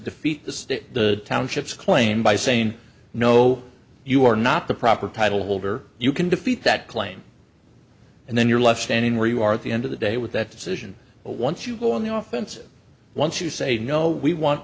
defeat the state the townships claim by saying no you are not the proper title holder you can defeat that claim and then you're left standing where you are at the end of the day with that decision once you go on the off and once you say no we want